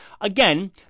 Again